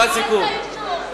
משפט סיכום,